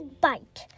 bite